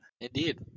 Indeed